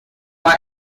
why